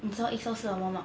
你知道 egg stop 是什么吗